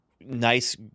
nice